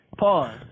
Pause